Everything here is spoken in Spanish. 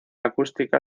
acústica